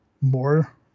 more